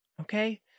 Okay